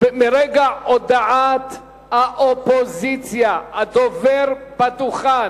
מרגע הודעת האופוזיציה, הדובר בדוכן,